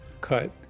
cut